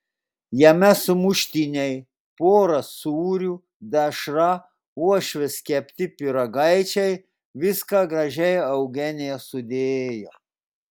jame sumuštiniai pora sūrių dešra uošvės kepti pyragaičiai viską gražiai eugenija sudėjo